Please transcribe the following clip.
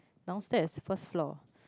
downstairs first floor